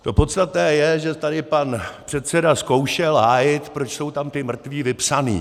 To podstatné je, že tady pan předseda zkoušel hájit, proč jsou tam ti mrtví vypsaní.